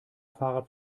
fahrrad